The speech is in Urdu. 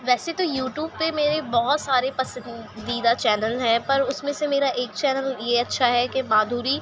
ویسے تو یو ٹیوب پہ میرے بہت سارے پسندیدہ چینل ہیں پر اس میں سے میرا ایک چینل یہ اچھا ہے کہ مادھوری